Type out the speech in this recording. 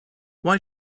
why